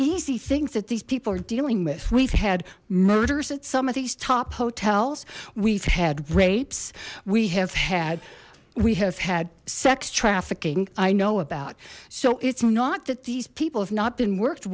easy things that these people are dealing with we've had murders at some of these top hotels we've had rapes we have had we have had sex trafficking i know about so it's not that these people have not been worked